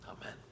Amen